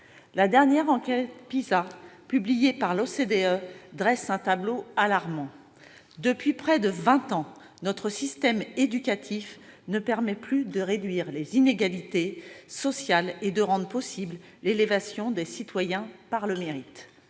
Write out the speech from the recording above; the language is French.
La dernière enquête PISA, publiée par l'OCDE, dresse un tableau alarmant : depuis près de vingt ans, notre système éducatif ne permet plus de réduire les inégalités sociales ni de rendre possible l'élévation des citoyens par le mérite.